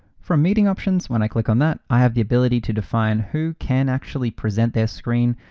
for meeting options, when i click on that, i have the ability to define who can actually present their screen,